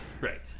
Right